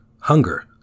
hunger